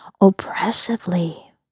oppressively